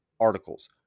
articles